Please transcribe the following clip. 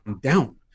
down